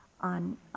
on